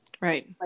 Right